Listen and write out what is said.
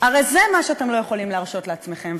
הרי זה מה שאתם לא יכולים להרשות לעצמכם,